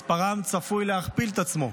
מספרם צפוי להכפיל את עצמו.